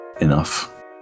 enough